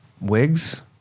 wigs